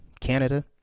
Canada